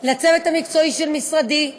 לצוות המקצועי של משרדי,